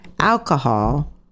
alcohol